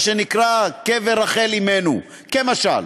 מה שנקרא "קבר רחל אמנו", כמשל.